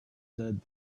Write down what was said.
dead